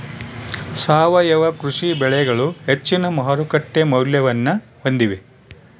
ಸಾವಯವ ಕೃಷಿ ಬೆಳೆಗಳು ಹೆಚ್ಚಿನ ಮಾರುಕಟ್ಟೆ ಮೌಲ್ಯವನ್ನ ಹೊಂದಿವೆ